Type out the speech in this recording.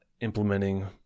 implementing